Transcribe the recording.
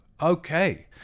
Okay